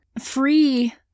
free